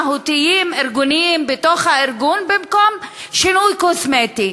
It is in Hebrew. ארגוניים מהותיים בתוך הארגון במקום שינוי קוסמטי.